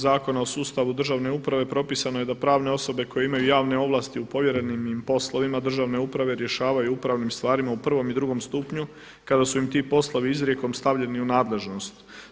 Zakona o sustavu državne uprave propisano je da pravne osobe koje imaju javne ovlasti u povjerenim im poslovima državne uprave rješavaju u upravnim stvarima u prvom i drugom stupnju kada su im ti poslovi izrijekom stavljeni u nadležnost.